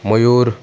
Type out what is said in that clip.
Mayur